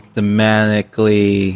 Thematically